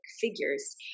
figures